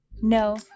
No